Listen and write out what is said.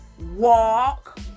Walk